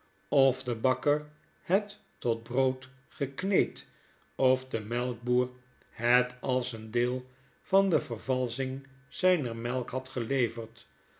of de bakker het tot brood gekneed of de melkboer het als een deel van de vervalsching zyner melk had geleverd